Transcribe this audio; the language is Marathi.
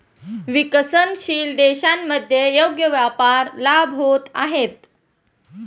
विकसनशील देशांमध्ये योग्य व्यापार लाभ होत आहेत